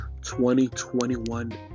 2021